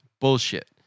bullshit